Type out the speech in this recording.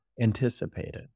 anticipated